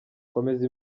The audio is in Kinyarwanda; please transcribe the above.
komeza